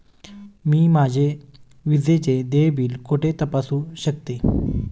मी माझे विजेचे देय बिल कुठे तपासू शकते?